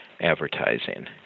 advertising